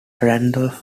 randolph